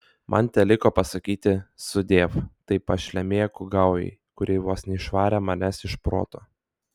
man teliko pasakyti sudiev tai pašlemėkų gaujai kuri vos neišvarė manęs iš proto